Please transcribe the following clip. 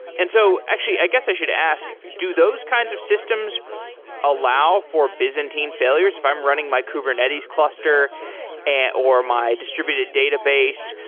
and so actually, i guess i should ask do those kinds of systems allow for byzantine failures if i'm running my kubernetes cluster and or my distributed database,